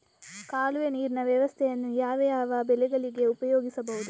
ಕಾಲುವೆ ನೀರಿನ ವ್ಯವಸ್ಥೆಯನ್ನು ಯಾವ್ಯಾವ ಬೆಳೆಗಳಿಗೆ ಉಪಯೋಗಿಸಬಹುದು?